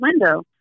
window